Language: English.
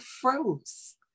froze